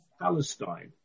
Palestine